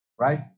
Right